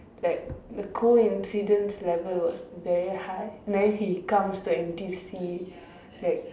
like the coincidence level was very high then he comes to N_T_U_C like